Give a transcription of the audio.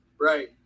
right